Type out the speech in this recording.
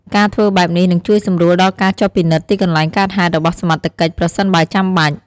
ការធ្វើបែបនេះនឹងជួយសម្រួលដល់ការចុះពិនិត្យទីកន្លែងកើតហេតុរបស់សមត្ថកិច្ច ប្រសិនបើចាំបាច់។